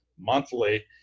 monthly